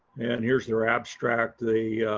and here's their abstract. the